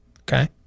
Okay